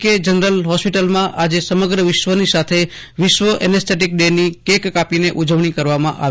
કે જનરલ હોસ્પિટલમાં આજે સમગ્ર વિશ્વની સાથે વિશ્વ એનેસ્થેટીક ડેની કેક કાપીને ઉજવણી કરવામાં આવી